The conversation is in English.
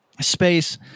space